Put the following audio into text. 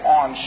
on